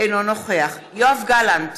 אינו נוכח יואב גלנט,